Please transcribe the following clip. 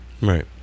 Right